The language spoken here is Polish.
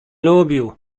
lubił